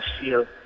feel